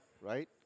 right